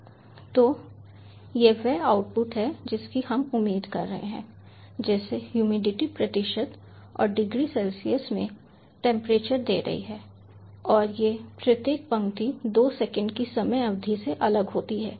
तो यह वह आउटपुट है जिसकी हम उम्मीद कर रहे हैं जैसे ह्यूमिडिटी प्रतिशत और डिग्री सेल्सियस में टेंपरेचर दे रही है और ये प्रत्येक पंक्ति दो सेकंड की समय अवधि से अलग होती है